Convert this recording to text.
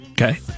Okay